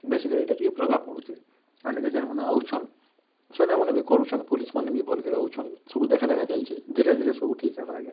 ବେଶୀ କରି ଇଟା ଟିକେ ପ୍ରବାଭ୍ ପଡ଼ୁଛେ ଆନିରେ ଯେନମାନେ ଆଉଛନ୍ ସେରାମାନେ ବି କରୁଛନ୍ ପୋଲିସ୍ମାନେ ବି ଭଲ୍ କେ ରହୁଛନ୍ ସବୁ ଦେଖା ରେଖା ଚାଲିଛି ଧୀରେ ଧୀରେ ସବୁ ଠିକ୍ ହେବା ଆଜ୍ଞା